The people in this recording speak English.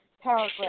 paragraph